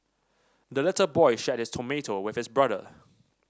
the little boy shared his tomato with his brother